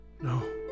no